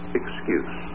excuse